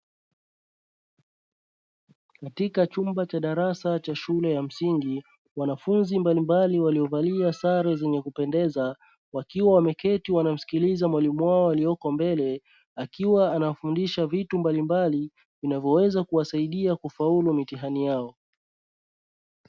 Katika chumba cha darasa cha shule ya msingi wanafunzi mbalimbali waliovalia sare zenye kupendeza, wakiwa wameketi wanamsikiliza mwalimu wao walioko mbele akiwa anafundisha vitu mbalimbali vinavyoweza kuwasaidia kufaulu mitihani yao.